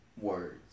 words